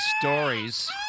stories